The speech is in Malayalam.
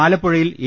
ആലപ്പുഴയിൽ എ